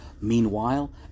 Meanwhile